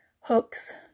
hooks